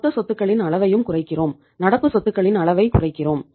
மொத்த சொத்துக்களின் அளவையும் குறைக்கிறோம் நடப்பு சொத்துகளின் அளவைக் குறைக்கிறோம்